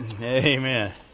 Amen